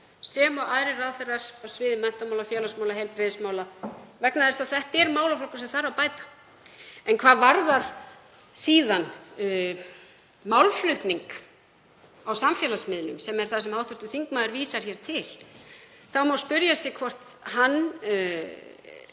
sem og aðrir ráðherrar að sviði menntamála, félagsmála og heilbrigðismála, vegna þess að þetta er málaflokkur sem þarf að bæta. En hvað varðar síðan málflutning á samfélagsmiðlum, sem er það sem hv. þingmaður vísar hér til, þá má spyrja sig hvort hann